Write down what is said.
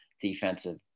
defensive